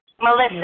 Melissa